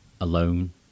alone